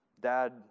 Dad